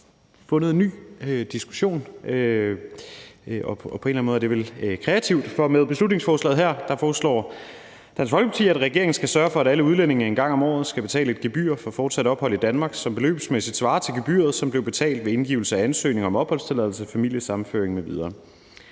fald fundet en ny diskussion – og på en eller anden måde er det vel kreativt. For med beslutningsforslaget her foreslår Dansk Folkeparti, at regeringen skal sørge for, at alle udlændinge en gang om året skal betale et gebyr for fortsat ophold i Danmark, som beløbsmæssigt svarer til gebyret, som bliver betalt ved indgivelse af ansøgning om opholdstilladelse, familiesammenføring m.v.